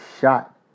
shot